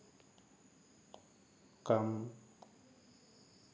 কাম